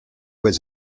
was